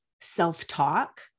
self-talk